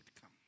come